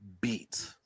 beat